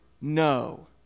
no